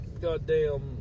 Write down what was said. Goddamn